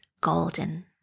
golden